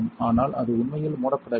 ஆனால் அது உண்மையில் மூடப்படவில்லை